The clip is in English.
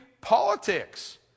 politics